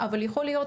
אבל יכול להיות,